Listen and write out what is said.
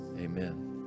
Amen